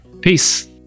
Peace